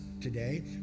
today